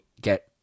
get